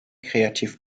creative